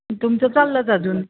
तुमचं चाललंच अजून